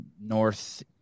North